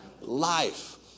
Life